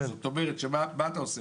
למעשה אתה עושה